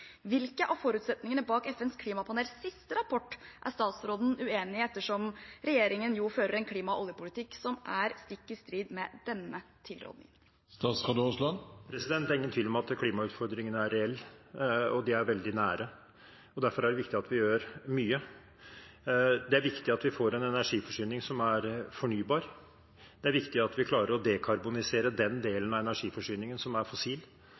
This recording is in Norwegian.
Hvilke av forutsetningene bak FNs klimapanels siste rapport er statsråden uenig i, ettersom regjeringen fører en klima- og oljepolitikk som er stikk i strid med denne tilrådningen? Det er ingen tvil om at klimautfordringene er reelle, og de er veldig nære. Derfor er det viktig at vi gjør mye. Det er viktig at vi får en energiforsyning som er fornybar. Det er viktig at vi klarer å dekarbonisere den delen av energiforsyningen som er fossil.